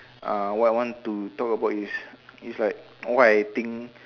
uh what I want to talk about is is like what I think